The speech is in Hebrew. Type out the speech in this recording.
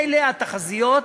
אלה התחזיות,